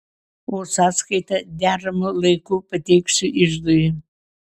o sąskaitą deramu laiku pateiksiu iždui